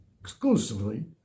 exclusively